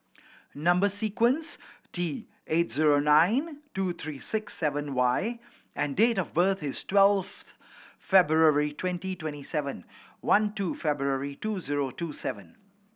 number sequence T eight zero nine two three six seven Y and date of birth is twelfth February twenty twenty seven one two February two zero two seven